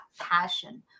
passion